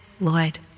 Lloyd